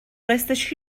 راستش